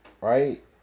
Right